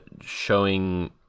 showing